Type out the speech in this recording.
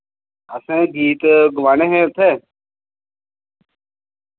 असैं गीत गोआने हे उत्थैं